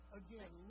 again